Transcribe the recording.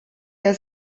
der